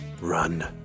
Run